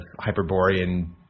Hyperborean